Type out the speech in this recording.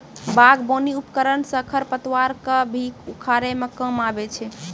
बागबानी उपकरन सँ खरपतवार क भी उखारै म काम आबै छै